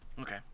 Okay